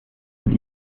mit